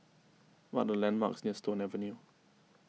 what are the landmarks near Stone Avenue